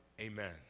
Amen